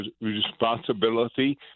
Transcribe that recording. responsibility